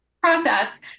process